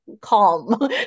calm